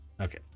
Okay